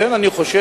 לכן אני חושב